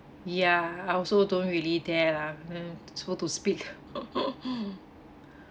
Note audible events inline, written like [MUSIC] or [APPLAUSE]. ya I also don't really dare lah [NOISE] so to speak [LAUGHS]